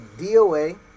DOA